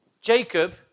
Jacob